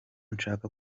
nshaka